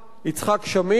מאוד קיצונית,